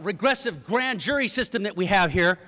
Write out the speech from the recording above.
regressive grand jury system that we have here.